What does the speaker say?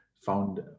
Found